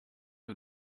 our